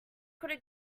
could